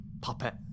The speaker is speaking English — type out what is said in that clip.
puppet